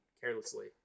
carelessly